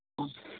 ꯑꯥ